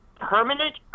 permanent